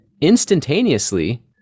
instantaneously